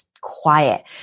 quiet